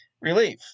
relief